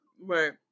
Right